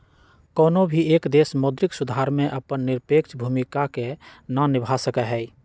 कौनो भी एक देश मौद्रिक सुधार में अपन निरपेक्ष भूमिका के ना निभा सका हई